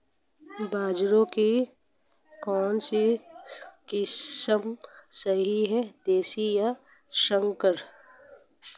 बाजरे की कौनसी किस्म सही हैं देशी या संकर?